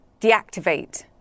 deactivate